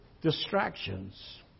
distractions